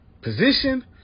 position